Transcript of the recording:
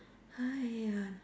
!aiya!